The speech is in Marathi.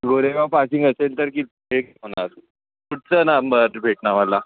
गोरेगाव पासिंग असेल तर की एक होणार कुठच्या नंबरची भेटणार मला